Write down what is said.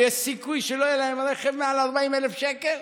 יש סיכוי שלא יהיה להם רכב מעל 40,000 שקל?